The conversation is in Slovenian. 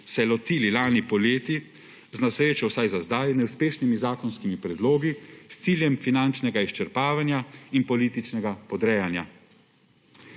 se ju lotili lani poleti, z na srečo vsaj za zdaj neuspešnimi zakonskimi predlogi, s ciljem finančnega izčrpavanja in političnega podrejanja.